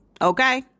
Okay